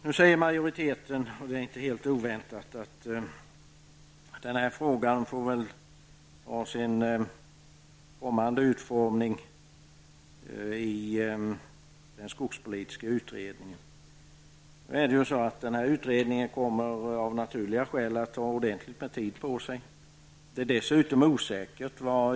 Nu säger majoriteten inte helt oväntat att den här frågan väl får sin kommande utformning i den skogspolitiska utredningen. Men den här utredningen kommer av naturliga skäl att ta mycket god tid på sig.